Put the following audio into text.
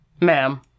ma'am